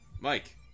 Mike